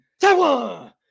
Taiwan